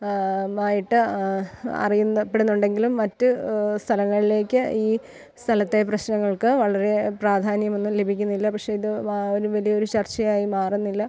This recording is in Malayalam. മായിട്ട് അറിയുന്ന പ്പെടുന്നുണ്ടെങ്കിലും മറ്റു സ്ഥലങ്ങളിലേക്ക് ഈ സ്ഥലത്തെ പ്രശ്നങ്ങൾക്ക് വളരെ പ്രാധാന്യമൊന്നും ലഭിക്കുന്നില്ല പക്ഷെ ഇത് അതിലും വലിയൊരു ചർച്ചയായി മാറുന്നില്ല